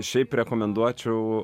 šiaip rekomenduočiau